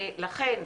לכן,